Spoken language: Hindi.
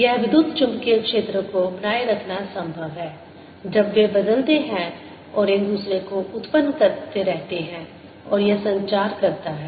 यह विद्युत चुम्बकीय क्षेत्र को बनाए रखना संभव है जब वे बदलते हैं और एक दूसरे को उत्पन्न करते रहते हैं और यह संचार करता है